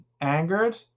angered